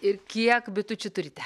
ir kiek bitučių turite